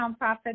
nonprofit